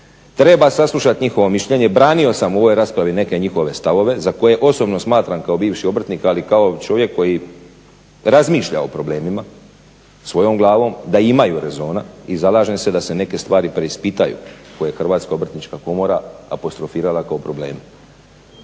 treba saslušati njihovo mišljenje, branio sam u ovoj raspravi neke njihove stavove za koje osobno smatram kao bivši obrtnik ali i kao čovjek koji razmišlja o problemima svojom glavom da imaju rezona i zalažem se da se neke stvari preispitaju koje HOK apostrofirala kao probleme.